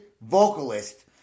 vocalist